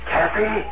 Kathy